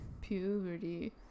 Puberty